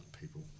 people